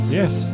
yes